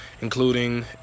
including